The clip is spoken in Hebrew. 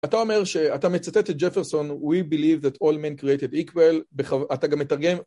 אתה אומר שאתה מצטט את ג'פרסון We believe that all men created equal אתה גם מתרגם